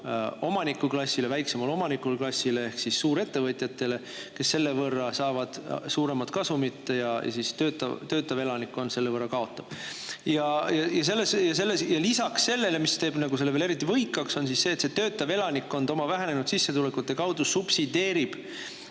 toob kasu väiksemale omanikuklassile ehk siis suurettevõtjatele, kes selle võrra saavad suuremat kasumit. Töötav elanikkond selle võrra kaotab. Ja lisaks sellele, mis teeb selle veel eriti võikaks, see töötav elanikkond vähenenud sissetulekute kaudu subsideerib